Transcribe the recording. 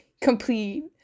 complete